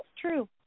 true